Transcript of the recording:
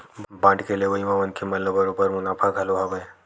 bond के लेवई म मनखे मन ल बरोबर मुनाफा घलो हवय